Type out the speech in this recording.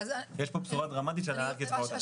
שיש פה בשורה דרמטית של העלאת קצבאות הנכים.